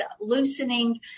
loosening